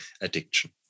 addiction